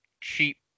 cheap